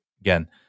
Again